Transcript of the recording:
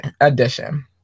edition